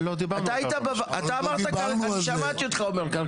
אני שמעתי אותך אומר כלכליות.